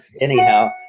anyhow